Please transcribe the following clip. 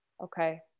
okay